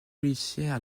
policières